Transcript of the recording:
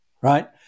right